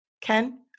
Ken